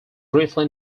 briefly